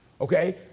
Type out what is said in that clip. okay